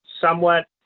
somewhat